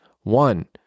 One